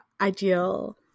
ideal